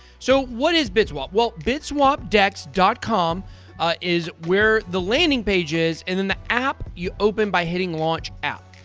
so, what is bitswap? well, bitswapdex dot com is where the landing pages and then, the app, you open by hitting launch app.